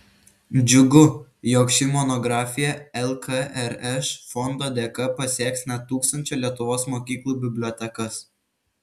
džiugu jog ši monografija lkrš fondo dėka pasieks net tūkstančio lietuvos mokyklų bibliotekas